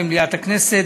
במליאת הכנסת,